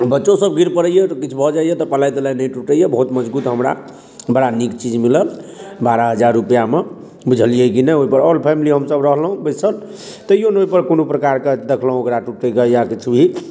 बच्चो सभ गिर पड़ैया किछु भऽ जाइया तऽ पलाइ तलाइ नहि टुटैया बहुत मजगूत हमरा बड़ा नीक चीज मिलल बारह हजार रुपआ मे बुझलियै कि नहि ओहि पर औल फैमिली हमसभ रहलहुँ बैसल तैयो नहि ओहि पर कोनो प्रकारकेँ देखलहुँ ओकरा टुटै कऽ या किछु भी